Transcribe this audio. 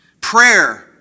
Prayer